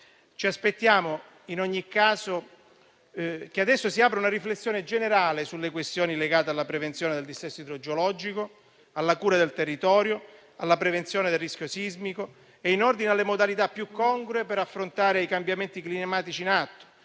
Ci aspettiamo, in ogni caso, che adesso si apra una riflessione generale sulle questioni legate alla prevenzione del dissesto idrogeologico, alla cura del territorio e alla prevenzione del rischio sismico e in ordine alle modalità più congrue per affrontare i cambiamenti climatici in atto,